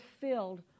filled